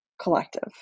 collective